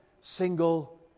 single